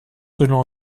selon